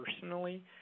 personally